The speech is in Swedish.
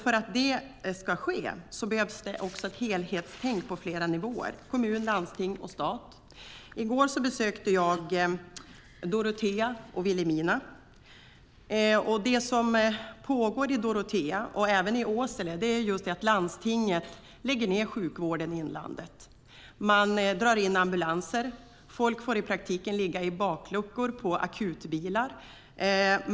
För att det ska ske behövs ett helhetstänkande på flera nivåer - kommun, landsting, stat. I går besökte jag Dorotea och Vilhelmina. Det som pågår i Dorotea, och även i Åsele, är att landstinget lägger ned sjukvården i inlandet. Man drar in ambulanser. Folk får i praktiken ligga i bakluckan på akutbilar.